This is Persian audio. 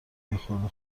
یخورده